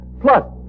plus